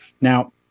Now